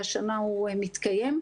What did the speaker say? והשנה הוא מתקיים.